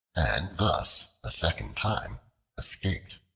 and thus a second time escaped.